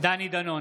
דני דנון,